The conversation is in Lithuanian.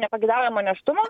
nepageidaujamo nėštumo